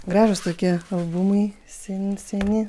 gražūs tokie albumai seni seni